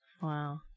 Wow